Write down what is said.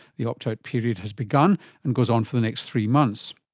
the opt-out period has begun and goes on for the next three months.